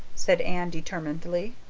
said anne determinedly.